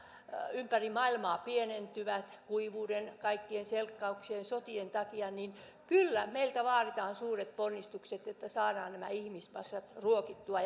ympäri maailmaa pienentyvät kuivuuden kaikkien selkkausten sotien takia niin kyllä meiltä vaaditaan suuret ponnistukset että saadaan nämä ihmismassat ruokittua